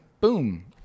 boom